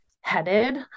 headed